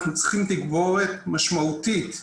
אנחנו צריכים תגבורת משמעותית.